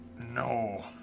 No